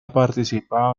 participado